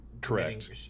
Correct